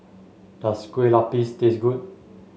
does Kueh Lupis taste good